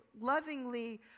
lovingly